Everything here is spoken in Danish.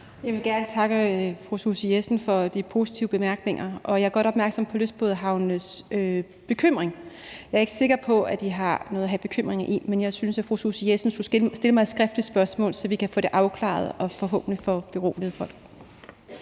Susie Jessen for de positive bemærkninger, og jeg er godt opmærksom på lystbådehavnenes bekymring. Jeg er ikke sikker på, at de har noget at have bekymringen i, men jeg synes, at fru Susie Jessen skulle stille mig et skriftligt spørgsmål, så vi kan få det afklaret og forhåbentlig få beroliget folk.